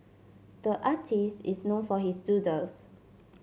the artist is known for his doodles